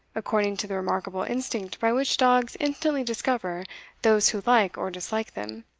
according to the remarkable instinct by which dogs instantly discover those who like or dislike them,